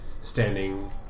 standing